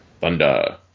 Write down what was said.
Thunder